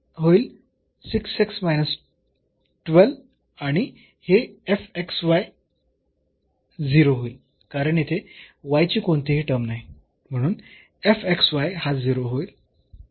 तर will be and this हे 0 होईल कारण येथे y ची कोणतीही टर्म नाही